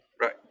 Right